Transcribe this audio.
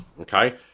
okay